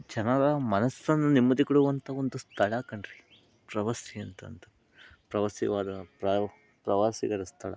ಜನರ ಮನಸ್ಸಲ್ಲಿ ನೆಮ್ಮದಿ ಕೊಡುವಂಥ ಒಂದು ಸ್ಥಳ ಕಣ್ರಿ ಪ್ರವಾಸಿ ಅಂತ ಅಂದ ಪ್ರವಾಸಿಗರ ಪ್ರವಾಸಿಗರ ಸ್ಥಳ